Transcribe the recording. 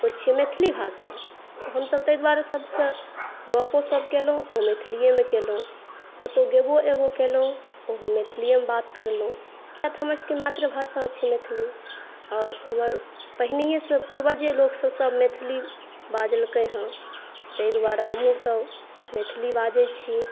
ओ छियै मैथिली भाषा तऽ हमसब तै दुआरे सबसँ गपो सप कएलहुॅं ओहो मैथिलिए मे कएलहुॅं कतौ गेबो एबो कएलहुॅं ओहो मैथिलिए मे बात करलहुॅं कियातऽ हमरसबकेँ मातृभाषा छै मैथिली और हमर पहिनैयेसँ पूर्वजे लोकसब सब मैथिली बाजलकैहँ तै दुआरे हमहुसब मैथिली बाजै छी